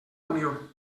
unió